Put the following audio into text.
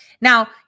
Now